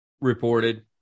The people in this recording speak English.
reported